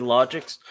Logics